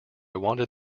wanted